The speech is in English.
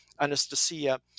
Anastasia